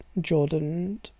Jordan